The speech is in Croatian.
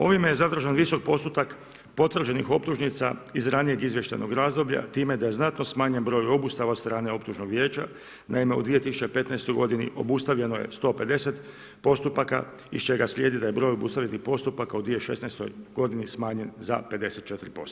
Ovime je zadržan visok postotak potvrđenih optužnica iz ranijeg izvještajnog razdoblja, time da je znatno smanjen broj obustava od strane optužnog vijeća, naime u 2015. g. obustavljeno je 150 postupaka, iz čega slijeda da je broj obustavljenih postupaka u 2016. g. smanjen za 54%